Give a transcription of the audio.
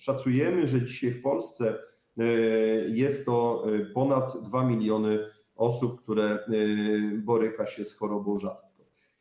Szacujemy, że dzisiaj w Polsce jest to ponad 2 mln osób, które boryka się z chorobą rzadką.